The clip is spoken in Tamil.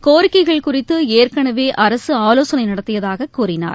கோரிக்கைகள் குறித்து ஏற்கனவே அரசு ஆவோசனை நடத்தியதாக கூறினார்